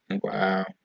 Wow